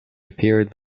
appeared